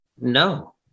No